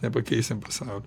nepakeisim pasaulio